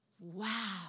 wow